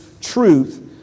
truth